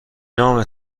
نام